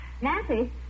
Nancy